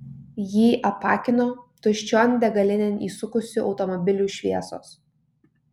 jį apakino tuščion degalinėn įsukusių automobilių šviesos